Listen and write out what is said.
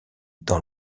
dans